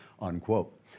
Unquote